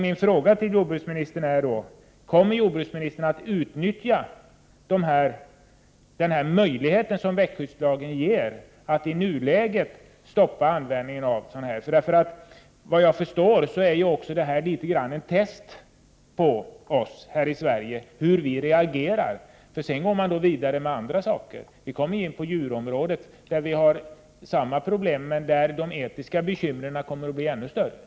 Min fråga till jordbruksministern är: Kommer jordbruksministern att utnyttja den möjlighet som växtskyddslagen ger att i nuläget stoppa användningen av genmanipulerade växter? Såvitt jag förstår är detta litet grand av ett test på hur vi i Sverige reagerar. Sedan går man vidare med andra saker. Man kommer in på djurområdet, där vi har samma problem men där de etiska bekymren kommer att bli ännu större.